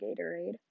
Gatorade